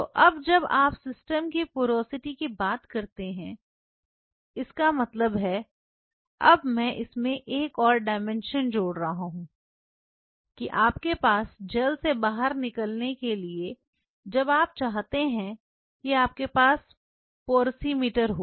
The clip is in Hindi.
तो अब जब आप सिस्टम के पोरोसिटी की बात करते हैं इसका मतलब है अब मैं इसमें एक और डायमेंशन जोड़ रहा हूं कि आपके पास जेल से बाहर निकलने के लिए जब आप चाहते हैं कि आपके पास पोरोसिमीटर हो